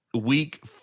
week